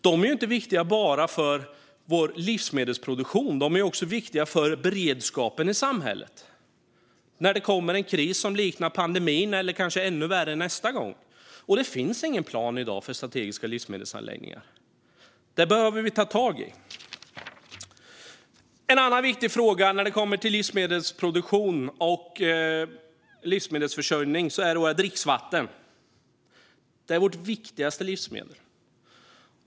De är inte viktiga bara för vår livsmedelsproduktion, utan de är viktiga även för beredskapen i samhället inför nästa gång det kommer en kris som liknar pandemin - eller kanske något ännu värre. I dag finns det ingen plan för strategiska livsmedelsanläggningar. Det behöver vi ta tag i. En annan viktig fråga när det kommer till livsmedelsproduktion och livsmedelsförsörjning är dricksvattnet. Det är vårt viktigaste livsmedel.